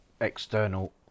external